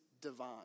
divine